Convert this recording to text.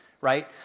right